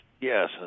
Yes